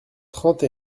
trente